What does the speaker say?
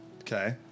Okay